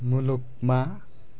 मुलुगमा